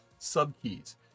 subkeys